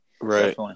Right